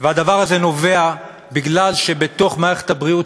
והדבר הזה נובע מכך שיש לנו במערכת הבריאות